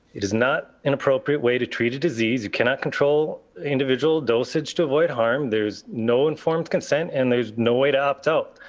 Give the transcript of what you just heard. it is not inappropriate way to treat a disease. you cannot control individual dosage to avoid harm. there's no informed consent and there's no way to opt out.